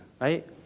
right